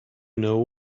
know